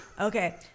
Okay